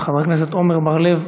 חבר הכנסת אראל מרגלית,